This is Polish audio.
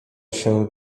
się